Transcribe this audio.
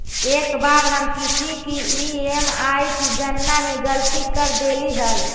एक बार हम किसी की ई.एम.आई की गणना में गलती कर देली हल